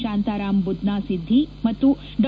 ಶಾಂತರಾಮ ಬುದ್ನಾ ಸಿದ್ದಿ ಮತ್ತು ಡಾ